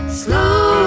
slow